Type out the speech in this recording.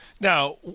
Now